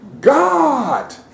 God